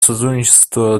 сотрудничества